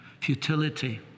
Futility